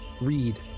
read